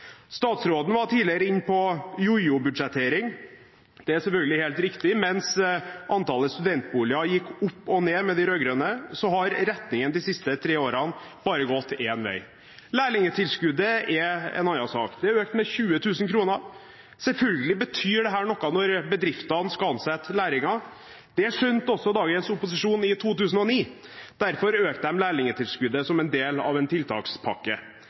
Statsråden var tidligere inne på jojo-budsjettering. Det er selvfølgelig helt riktig. Mens antallet studentboliger gikk opp og ned med de rød-grønne, har retningen de siste tre årene bare gått én vei. Lærlingtilskuddet er en annen sak. Det er økt med 20 000 kr. Selvfølgelig betyr dette noe når bedriftene skal ansette lærlinger. Det skjønte også dagens opposisjon i 2009. Derfor økte de lærlingtilskuddet som en del av en tiltakspakke.